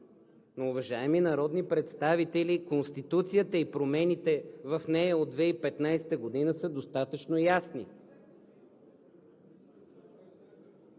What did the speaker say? Уважаеми народни представители, Конституцията и промените в нея от 2015 г. обаче са достатъчно ясни!